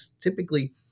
typically